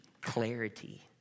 clarity